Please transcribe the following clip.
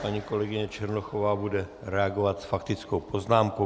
Paní kolegyně Černochová bude reagovat s faktickou poznámkou.